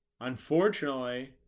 Unfortunately